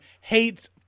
hates